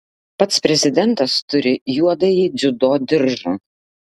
pats prezidentas turi juodąjį dziudo diržą